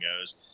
goes